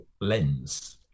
lens